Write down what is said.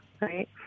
right